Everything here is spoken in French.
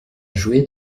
jouer